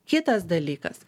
kitas dalykas